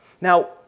Now